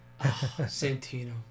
Santino